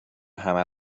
همه